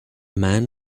man